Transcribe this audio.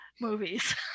movies